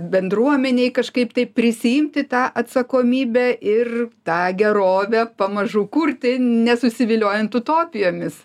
bendruomenei kažkaip taip prisiimti tą atsakomybę ir tą gerovę pamažu kurti nesusiviliojant utopijomis